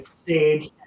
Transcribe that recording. stage